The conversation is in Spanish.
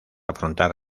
afrontar